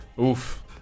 Oof